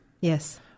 Yes